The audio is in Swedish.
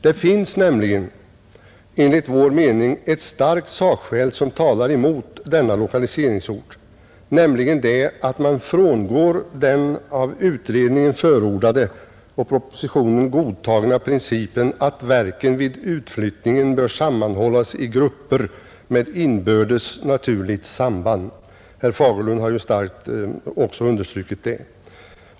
Det finns nämligen enligt vår mening ett starkt sakskäl som talar emot denna lokaliseringsort, nämligen det, att man frångår den av utredningen förordade — och av propositionen godtagna — principen att verken vid utflyttningen bör sammanhållas i grupper med inbördes naturlig samband. Herr Fagerlund har ju också starkt understrukit detta.